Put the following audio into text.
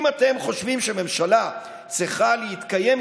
אם אתם חושבים שממשלה צריכה להתקיים,